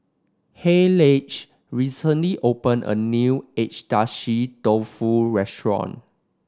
Hayleigh recently opened a new Agedashi Dofu restaurant